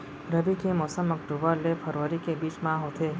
रबी के मौसम अक्टूबर ले फरवरी के बीच मा होथे